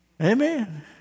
Amen